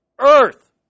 earth